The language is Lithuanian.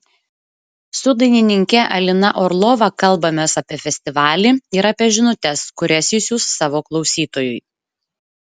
su dainininke alina orlova kalbamės apie festivalį ir apie žinutes kurias ji siųs savo klausytojui